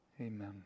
amen